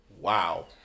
wow